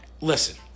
Listen